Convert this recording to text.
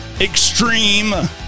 Extreme